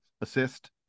assist